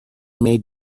made